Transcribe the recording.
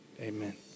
amen